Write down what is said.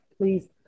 please